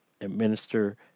administer